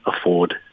afford